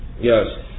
Yes